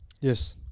yes